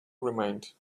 remained